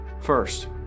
First